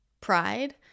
pride